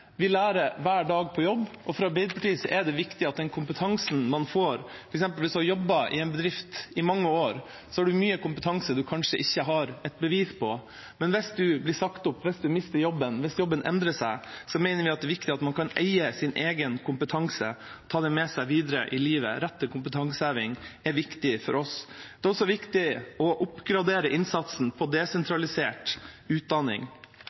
Vi lærer hver dag på jobb, og for Arbeiderpartiet er det viktig med den kompetansen man får f.eks. hvis man har jobbet i en bedrift i mange år – da har man mye kompetanse man kanskje ikke har et bevis på. Men hvis man blir sagt opp, hvis man mister jobben, og hvis jobben endrer seg, mener vi at det er viktig at man kan eie sin egen kompetanse – ta den med seg videre i livet. Rett til kompetanseheving er viktig for oss. Det er også viktig å oppgradere innsatsen på desentralisert utdanning.